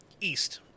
east